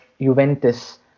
Juventus